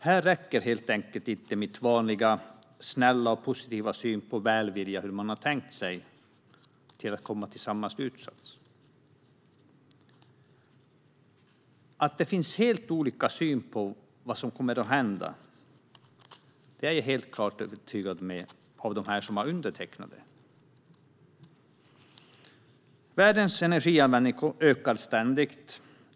Här räcker helt enkelt inte min vanliga snälla och positiva syn på välvilja till. Hur har man tänkt? Jag är övertygad om att det finns helt olika syn på vad som kommer att hända bland dem som har undertecknat detta. Världens energianvändning ökar ständigt.